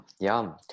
Yum